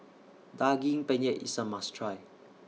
Daging Penyet IS A must Try